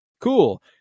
Cool